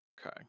Okay